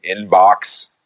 inbox